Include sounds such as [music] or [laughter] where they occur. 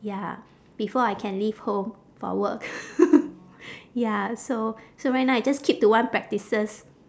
ya before I can leave home for work [laughs] ya so so right now I just keep to one practices